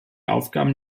aufgaben